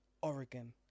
Oregon